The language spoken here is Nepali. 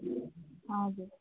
हजुर